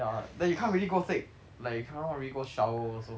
ya then you can't really go take like you cannot really go shower also